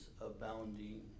abounding